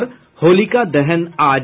और होलिका दहन आज